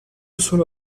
solo